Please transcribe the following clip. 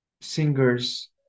singers